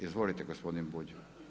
Izvolite gospodine Bulj.